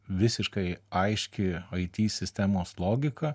visiškai aiški it sistemos logika